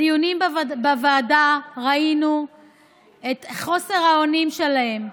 בדיונים בוועדה ראינו את חוסר האונים שלהם: